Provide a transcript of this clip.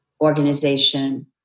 organization